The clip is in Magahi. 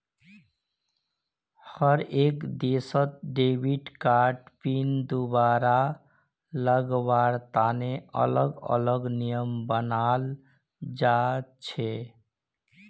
हर एक देशत डेबिट कार्ड पिन दुबारा लगावार तने अलग अलग नियम बनाल जा छे